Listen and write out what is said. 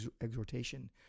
exhortation